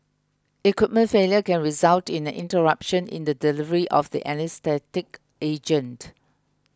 equipment failure can result in an interruption in the delivery of the anaesthetic agent